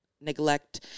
neglect